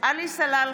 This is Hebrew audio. עלי סלאלחה,